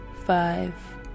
five